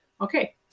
Okay